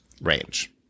range